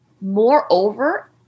moreover